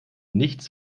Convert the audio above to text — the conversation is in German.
nichts